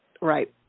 right